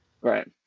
Right